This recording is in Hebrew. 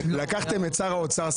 לקחתם את שר האוצר,